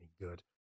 good